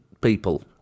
people